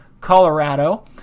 Colorado